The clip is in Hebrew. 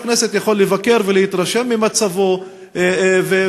שחבר הכנסת יוכל לבקר ולהתרשם ממצבו וממעמדו,